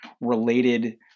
related